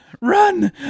Run